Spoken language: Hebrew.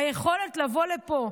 היכולת לבוא לפה,